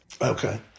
Okay